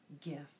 gift